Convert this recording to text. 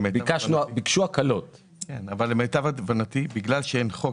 ביקשו הקלות אבל למיטב הבנתי בגלל שאין חוק